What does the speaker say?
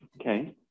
Okay